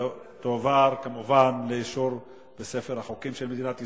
ותועבר כמובן לספר החוקים של מדינת ישראל.